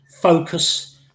focus